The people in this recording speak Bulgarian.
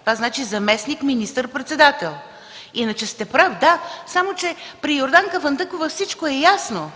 Това означава – заместник министър-председател. Иначе сте прав – да, само че при Йорданка Фандъкова всичко е ясно.